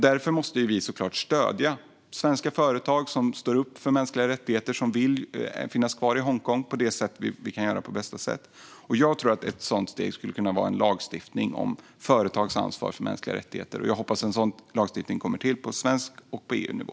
Därför måste vi såklart på bästa sätt stödja svenska företag som står upp för mänskliga rättigheter och som vill finnas kvar i Hongkong. Jag tror att ett steg skulle kunna vara en lagstiftning om företags ansvar för mänskliga rättigheter. Jag hoppas att en sådan lagstiftning kommer till på svensk nivå och på EU-nivå.